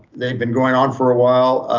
they've been going on for awhile.